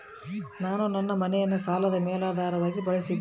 ನಾನು ನನ್ನ ಮನೆಯನ್ನ ಸಾಲದ ಮೇಲಾಧಾರವಾಗಿ ಬಳಸಿದ್ದಿನಿ